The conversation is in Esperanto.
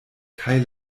kaj